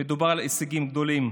מדובר על הישגים גדולים.